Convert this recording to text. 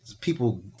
people